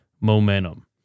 momentum